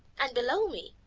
and below me,